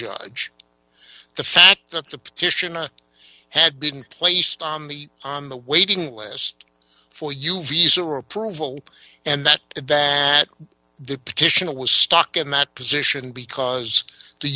judge the fact that the petitioner had been placed on the on the waiting list for you visa or approval and that that the petitioner was stuck in that position because the